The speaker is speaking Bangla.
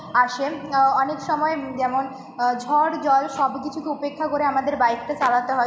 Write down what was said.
আসে অনেক সময় যেমন ঝড় জল সব কিছুকে উপেক্ষা করে আমাদের বাইকটা চালাতে হয়